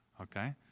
Okay